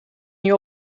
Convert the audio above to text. niet